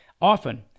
often